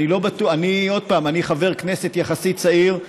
אני חבר כנסת יחסית צעיר,